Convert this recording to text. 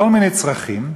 לכל מיני צרכים,